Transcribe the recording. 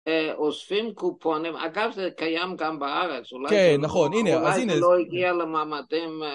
אוספים קופונים, אגב זה קיים גם בארץ, אולי לא הגיע למעמדים